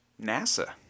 NASA